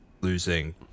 losing